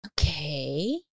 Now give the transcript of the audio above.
Okay